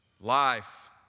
Life